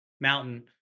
mountain